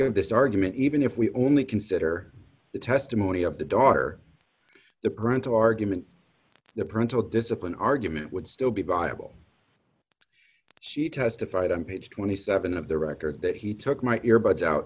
of this argument even if we only consider the testimony of the daughter the parental argument the parental discipline argument would still be viable she testified on page twenty seven of the record that he took my ear buds out